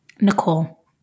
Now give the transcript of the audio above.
Nicole